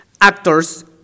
actors